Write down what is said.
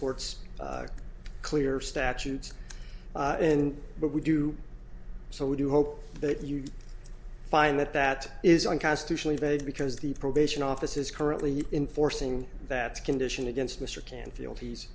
court's clear statutes and but we do so do hope that you find that that is unconstitutionally vague because the probation office is currently in forcing that condition against mr canfield he's